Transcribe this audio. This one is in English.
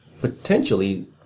potentially